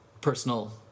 personal